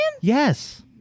Yes